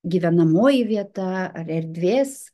gyvenamoji vieta ar erdvės